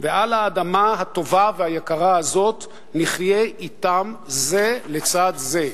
ועל האדמה הטובה והיקרה הזאת נחיה אתם זה לצד זה.